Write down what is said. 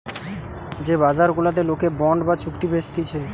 যে বাজার গুলাতে লোকে বন্ড বা চুক্তি বেচতিছে